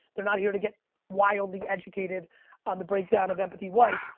they're not here to get wildly educated on the breakdown of empathy wine.